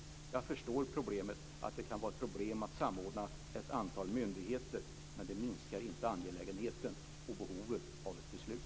Jag förstår problemet, att det kan vara ett problem att samordna ett antal myndigheter. Men det minskar inte angelägenheten och behovet av ett beslut.